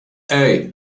hey